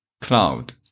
Cloud